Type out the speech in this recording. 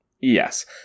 Yes